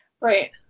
Right